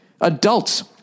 adults